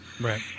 Right